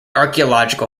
archaeological